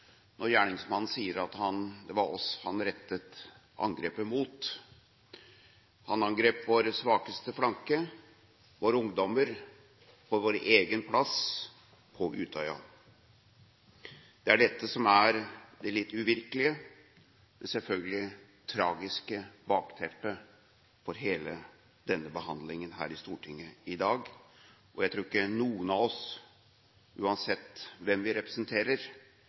når gjerningsmannen sier at det var oss han rettet angrepet mot. Han angrep vår svakeste flanke, våre ungdommer, på vår egen plass – på Utøya. Det er dette som er det litt uvirkelige og selvfølgelig tragiske bakteppet for hele denne behandlingen her i Stortinget i dag. Jeg tror ikke noen av oss, uansett hvem vi representerer,